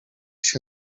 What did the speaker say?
się